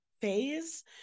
phase